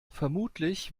vermutlich